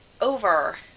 over